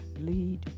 lead